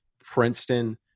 Princeton